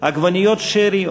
עגבניות שרי,